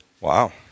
wow